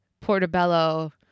portobello